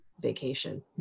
vacation